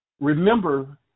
remember